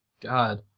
God